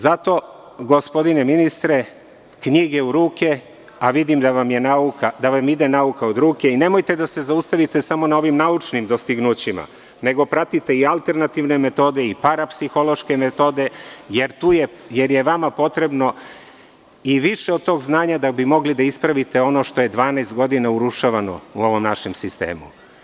Zato, gospodine ministre, knjige u ruke, a vidim da vam ide nauka od ruke, i nemojte da se zaustavite samo na ovim naučnim dostignućima, nego pratite i alternativne metode i parapsihološke metode, jer je vama potrebno i više od tog znanja da bi mogli da ispravite ono što je 12 godina urušavano u ovom našem sistemu.